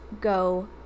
go